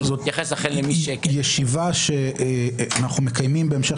אבל אנחנו נתייחס --- ישיבה שאנחנו מקיימים בהמשך